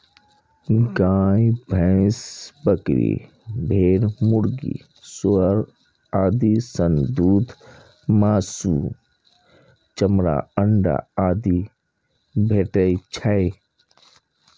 गाय, भैंस, बकरी, भेड़, मुर्गी, सुअर आदि सं दूध, मासु, चमड़ा, अंडा आदि भेटै छै